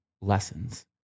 lessons